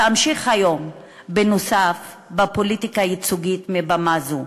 ואמשיך היום, בנוסף, בפוליטיקה ייצוגית מבמה זו,